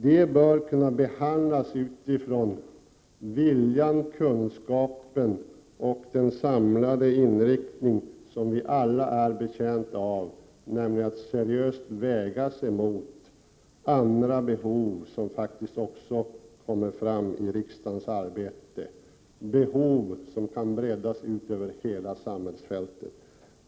Förslaget bör kunna behandlas utifrån viljan, kunskapen och den inriktning som vi alla är betjänta av. Förslaget bör seriöst vägas emot andra behov som faktiskt också kommer fram i riksdagens arbete. Det är behov som härrör från hela samhällsfältet.